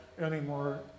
anymore